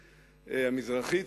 המזרחית,